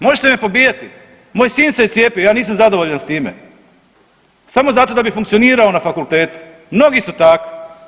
Možete me pobijati, moj sin se je cijepio, ja nisam zadovoljan s time samo zato da bi funkcionirao na fakultetu, mnogi su takvi.